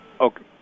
Okay